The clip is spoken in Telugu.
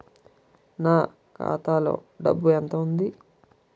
నా ఖాతాలో డబ్బు ఎంత ఉంది?